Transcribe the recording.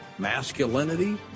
masculinity